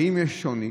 האם יש שוני?